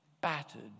battered